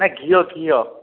ନାହିଁ ଘିଅ ଘିଅ